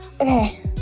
Okay